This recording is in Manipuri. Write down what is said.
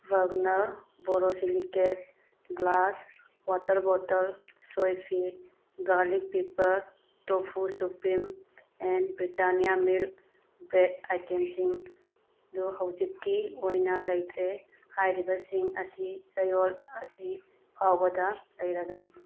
ꯕ꯭ꯔꯒꯅ꯭ꯔ ꯕꯣꯔꯣꯁꯤꯜꯂꯤꯀꯦꯗ ꯒ꯭ꯂꯥꯁ ꯋꯥꯇ꯭ꯔ ꯕꯣꯇꯜ ꯁꯣꯏꯐꯤ garlic pepper tofu supreme and Britannia milk bread ꯑꯥꯏꯇꯦꯝꯁꯤꯡꯗꯨ ꯍꯧꯖꯤꯛꯀꯤ ꯑꯣꯏꯅ ꯂꯩꯇ꯭ꯔꯦ ꯍꯥꯏꯔꯤꯕꯁꯤꯡ ꯑꯁꯤ ꯆꯌꯣꯜ ꯑꯁꯤ ꯐꯥꯎꯕꯗ ꯂꯩꯔꯒꯅꯤ